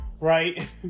right